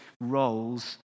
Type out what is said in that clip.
roles